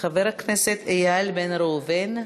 חבר הכנסת איל בן ראובן.